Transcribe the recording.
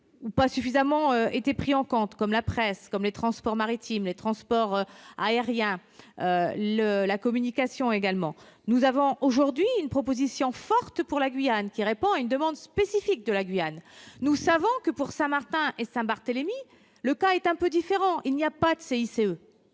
pas suffisamment, pris en compte, comme la presse, les transports maritimes, les transports aériens et la communication. Nous avançons aujourd'hui une proposition forte pour la Guyane, qui répond à une demande spécifique de ce territoire. Nous savons que les cas de Saint-Martin et Saint-Barthélemy sont un peu différents, puisqu'il n'y a pas de CICE